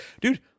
dude